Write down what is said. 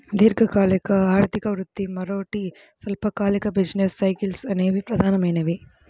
దీర్ఘకాలిక ఆర్థిక వృద్ధి, మరోటి స్వల్పకాలిక బిజినెస్ సైకిల్స్ అనేవి ప్రధానమైనవి